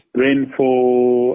rainfall